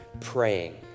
praying